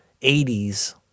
80s